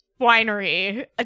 winery